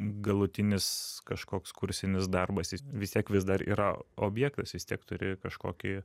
galutinis kažkoks kursinis darbas vis tiek vis dar yra objektas vis tiek turi kažkokį